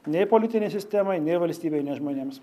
nei politinei sistemai nei valstybei nes žmonėms